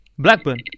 Blackburn